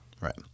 right